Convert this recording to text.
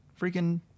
Freaking